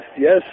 yes